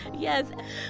Yes